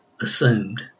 assumed